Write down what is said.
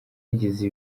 yagize